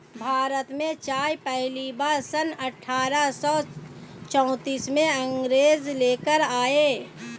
भारत में चाय पहली बार सन अठारह सौ चौतीस में अंग्रेज लेकर आए